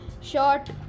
short